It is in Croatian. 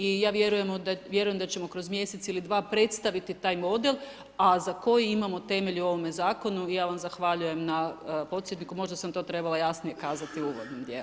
I ja vjerujem da ćemo kroz mjesec ili dva predstaviti taj model, a za koji imamo temelj u ovome zakonu i ja vam zahvaljujem na podsjetniku, možda sam to trebala jasnije kazati u uvodnom dijelu.